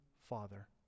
father